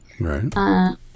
Right